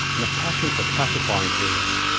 and a passion for classifying things.